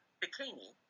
bikini